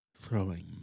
throwing